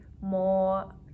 More